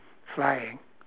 flying